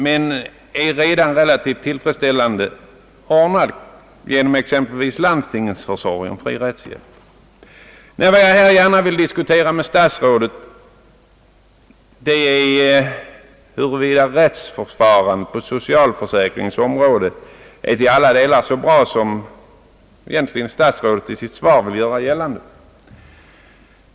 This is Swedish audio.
Den är redan relativt tillfredsställande formad genom exempelvis landstingens försorg om fri rättshjölp. Nej, vad jag här gärna vill diskutera med statsrådet är huruvida rättsförfarandet på socialförsäkringens område är till alla delar så bra som statsrådet i sitt svar tycks göra gällande.